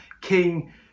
King